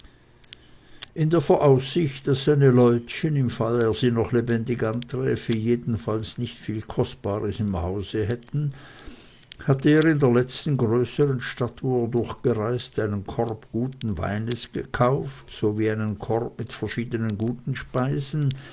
in der voraussicht daß seine leutchen im fall er sie noch lebendig anträfe jedenfalls nicht viel kostbares im hause hätten hatte er in der letzten größeren stadt wo er durchgereist einen korb guten weines eingekauft sowie einen korb mit verschiedenen guten speisen